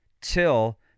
till